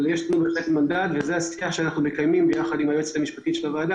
אבל אנחנו בהחלט מקיימים שיח עם היועצת המשפטית של הוועדה,